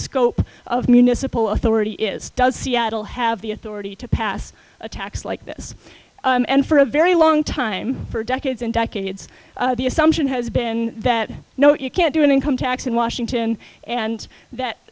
scope of municipal authority is does seattle have the authority to pass a tax like this and for a very long time for decades and decades the assumption has been that no you can't do an income tax in washington and that